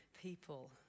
people